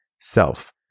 self